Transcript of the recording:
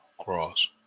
cross